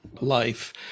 life